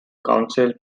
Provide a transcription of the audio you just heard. council